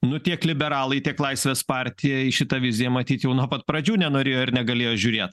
nu tiek liberalai tiek laisvės partija į šitą viziją matyt jau nuo pat pradžių nenorėjo ir negalėjo žiūrėt